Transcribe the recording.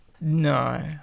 no